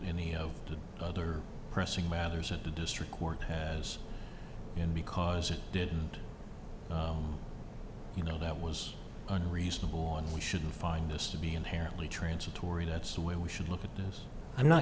any of the other pressing matters at the district court has been because it didn't you know that was unreasonable we shouldn't find this to be inherently transitory that's the way we should look at this i'm not